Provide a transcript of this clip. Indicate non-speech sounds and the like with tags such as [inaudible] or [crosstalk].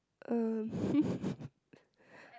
um [laughs]